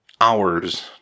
hours